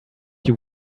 few